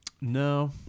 No